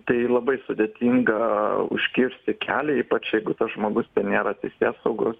tai labai sudėtinga užkirsti kelią ypač jeigu tas žmogus ten nėra teisėsaugos